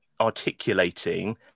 articulating